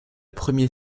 premier